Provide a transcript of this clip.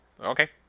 Okay